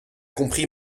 compris